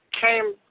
came